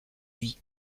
lui